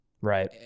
Right